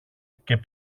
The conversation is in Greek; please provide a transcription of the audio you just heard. και